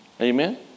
amen